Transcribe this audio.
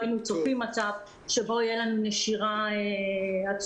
היינו צופים מצב שבו תהיה לנו נשירה עצומה,